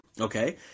okay